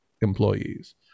employees